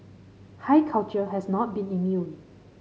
high culture has not been immune